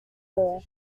more